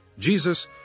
Jesus